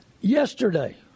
yesterday